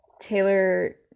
Taylor